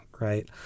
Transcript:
right